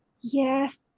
Yes